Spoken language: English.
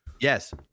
Yes